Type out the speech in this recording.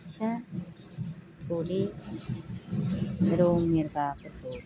बोथिया थुरि रौ मिरगाफोरखो